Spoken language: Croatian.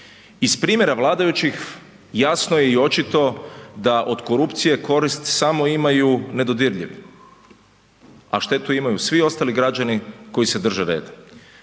Iz primjera vladajućih, jasno je i očito da od korupcije korist samo imaju nedodirljivi a štetu imaju svi ostali građani koji se drže reda.